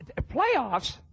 Playoffs